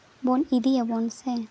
ᱵᱚᱱ ᱤᱫᱤᱭᱟᱵᱚᱱ ᱥᱮ